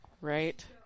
right